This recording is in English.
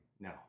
No